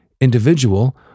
individual